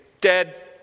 dead